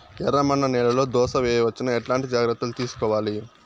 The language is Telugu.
ఎర్రమన్ను నేలలో దోస వేయవచ్చునా? ఎట్లాంటి జాగ్రత్త లు తీసుకోవాలి?